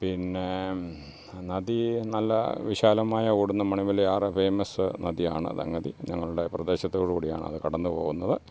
പിന്നെ നദി നല്ല വിശാലമായ ഓടുന്ന മണിമലയാറ് ഫേമസ് നദിയാണ് സംഗതി ഞങ്ങളുടെ പ്രദേശത്തോട് കൂടിയാണ് അത് കടന്നു പോകുന്നത്